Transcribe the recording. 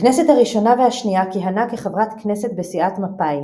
בכנסת הראשונה והשנייה כיהנה כחברת כנסת בסיעת מפא"י.